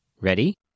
Ready